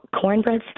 cornbread